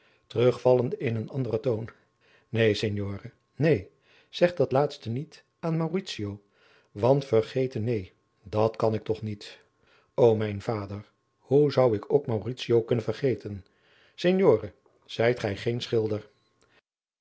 neen signore neen zeg dat laatste niet aan mauritio want vergeten neen dat kan ik toch niet o mijn vader hoe zou ik ook mauritio kunnen vergeten signore zijt gij geen schilder